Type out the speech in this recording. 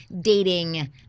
dating